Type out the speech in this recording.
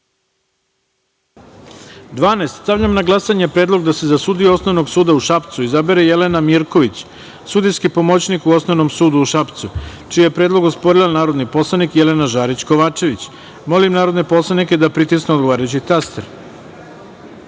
Stavljam na glasanje predlog da se za sudiju Osnovnog suda u Šapcu izabere Jelena Mirković, sudijski pomoćnik u Osnovnom sudu u Šapcu, čiji je predlog osporila narodni poslanik Jelena Žarić Kovačević. Molim narodne poslanike da pritisnu odgovarajući